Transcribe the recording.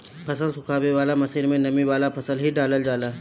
फसल सुखावे वाला मशीन में नमी वाला फसल ही डालल जाला